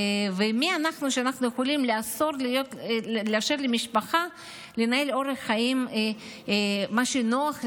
ומי אנחנו שאנחנו יכולים לאסור לאפשר למשפחה לנהל אורח חיים שנוח להם,